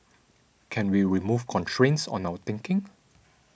can we remove constraints on our thinking